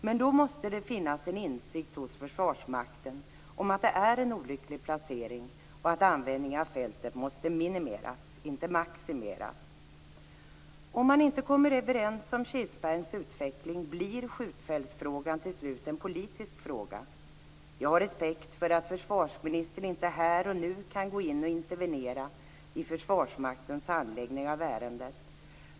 Men då måste det finnas en insikt hos Försvarsmakten att det är en olycklig placering och att användning av fältet måste minimeras inte maximeras. Om man inte kommer överens om Kilsbergens utveckling blir skjutfältsfrågan till slut en politisk fråga. Jag har respekt för att försvarsministern inte här och nu kan gå in och intervenera i Försvarsmaktens handläggning av ärendet.